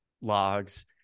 logs